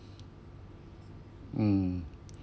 mm